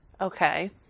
Okay